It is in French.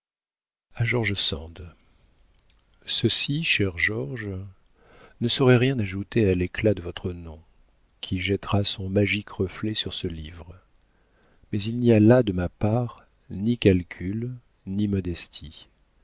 ceci cher georges ne saurait rien ajouter à l'éclat de votre nom qui jettera son magique reflet sur ce livre mais il n'y a là de ma part ni calcul ni modestie